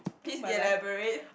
please elaborate